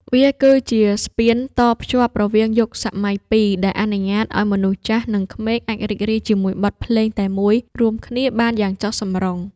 វាគឺជាស្ពានតភ្ជាប់រវាងយុគសម័យពីរ ដែលអនុញ្ញាតឱ្យមនុស្សចាស់ និងក្មេងអាចរីករាយជាមួយបទភ្លេងតែមួយរួមគ្នាបានយ៉ាងចុះសម្រុង។